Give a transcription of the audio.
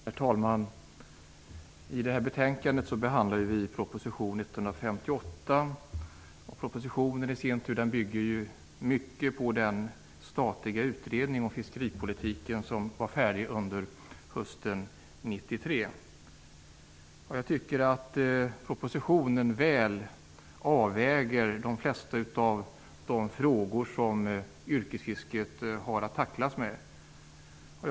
Herr talman! I betänkandet behandlas proposition 158. Propositionen i sin tur bygger i stor utsträckning på den statliga utredning om fiskeripolitiken som var färdig under hösten 1993. Jag tycker att de flesta av de frågor som yrkesfiskarna har att tackla avvägs väl i propositionen.